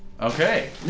Okay